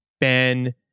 Ben